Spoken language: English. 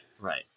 Right